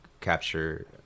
capture